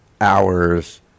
hours